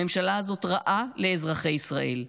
הממשלה הזאת רעה לאזרחי ישראל.